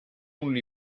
only